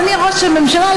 אדוני ראש הממשלה,